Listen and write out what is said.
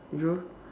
you